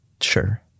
Sure